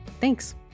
Thanks